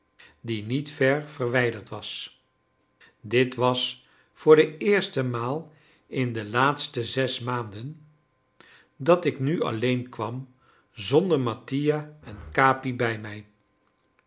die niet ver verwijderd was dit was voor de eerste maal in de laatste zes maanden dat ik nu alleen kwam zonder mattia en capi bij mij